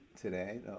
today